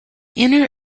inner